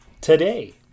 today